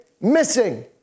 missing